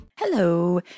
Hello